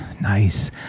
nice